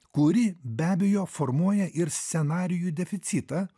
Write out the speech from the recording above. kuri be abejo formuoja ir scenarijų deficitą